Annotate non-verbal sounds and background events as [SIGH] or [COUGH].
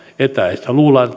etäistä luullaan [UNINTELLIGIBLE]